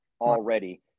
already